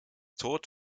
tod